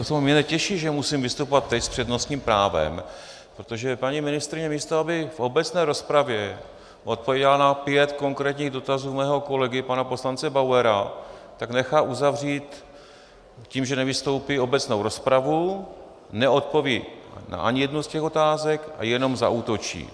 Mě netěší, že musím vystupovat teď s přednostním právem, protože paní ministryně, místo aby v obecné rozpravě odpovídala na pět konkrétních dotazů mého kolegy pana poslance Bauera, tak nechá uzavřít tím, že nevystoupí, obecnou rozpravu, neodpoví na ani jednu z těch otázek a jenom zaútočí.